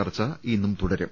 ചർച്ച ഇന്നും തുടരും